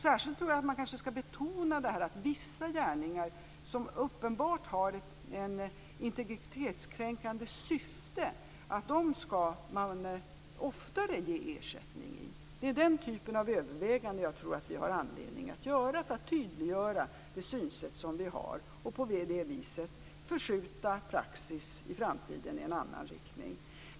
Särskilt tror jag att man kanske skall betona att man oftare skall ge ersättning när det gäller vissa gärningar som uppenbart har ett integritetskränkande syfte. Det är den typen av överväganden jag tror att vi har anledning att göra för att tydliggöra det synsätt som vi har och på det viset förskjuta praxis i framtiden i en annan riktning.